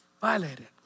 Violated